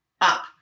up